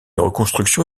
reconstruction